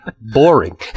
boring